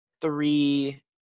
three